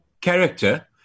character